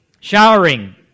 showering